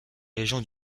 région